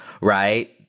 right